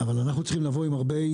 אבל אנחנו צריכים לבוא עם הרבה,